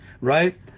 right